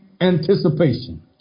anticipation